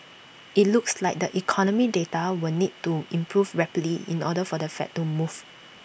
IT looks like the economic data will need to improve rapidly in order for the fed to move